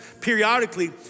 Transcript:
periodically